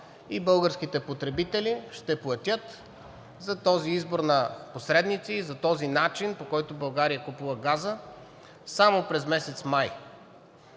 и българските потребители ще платят за този избор на посредници и за този начин, по който България купува газ, само през месец май.